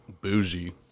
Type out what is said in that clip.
Bougie